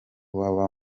baba